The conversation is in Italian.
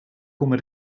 come